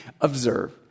Observe